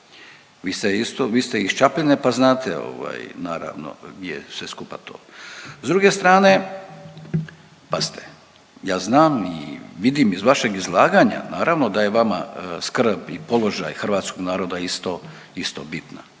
vi ste iz Čapljine pa znate ovaj naravno gdje je sve skupa to. S druge strane pazite, ja znam i vidim iz vašeg izlaganja naravno da je vama skrb i položaj hrvatskog naroda isto, isto